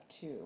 two